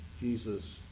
Jesus